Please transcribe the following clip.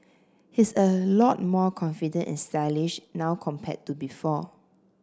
he's a lot more confident and stylish now compared to before